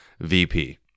VP